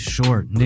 Short